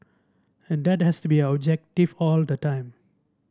and that has to be our objective all the time